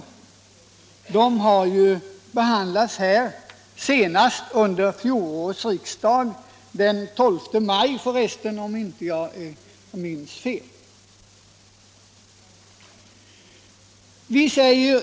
Liknande motioner har ju behandlats senast under fjolåret —- den 12 maj 1976, om jag inte minns fel.